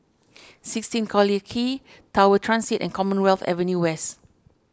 sixteen Collyer Quay Tower Transit and Commonwealth Avenue West